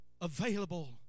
available